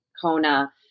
Kona